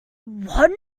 what